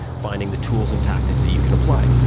finding the tools and tactics that you can apply.